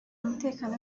umutekano